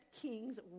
Kings